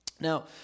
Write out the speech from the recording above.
Now